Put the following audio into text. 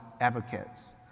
advocates